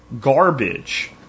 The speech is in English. garbage